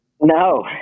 No